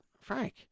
Frank